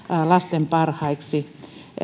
lasten parhaaksi